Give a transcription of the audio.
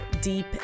deep